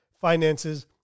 finances